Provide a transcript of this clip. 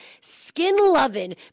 skin-loving